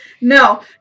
No